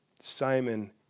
Simon